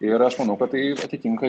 ir aš manau kad tai atitinka